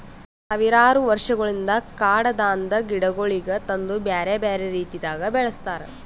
ಸಾವಿರಾರು ವರ್ಷಗೊಳಿಂದ್ ಕಾಡದಾಂದ್ ಗಿಡಗೊಳಿಗ್ ತಂದು ಬ್ಯಾರೆ ಬ್ಯಾರೆ ರೀತಿದಾಗ್ ಬೆಳಸ್ತಾರ್